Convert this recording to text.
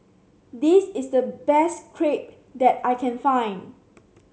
this is the best Crepe that I can find